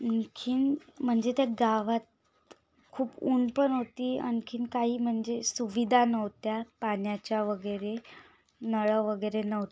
आणखीन म्हणजे त्या गावात खूप ऊन पण होती आणखीन काही म्हणजे सुविधा नव्हत्या पाण्याच्या वगैरे नळ वगैरे नव्हते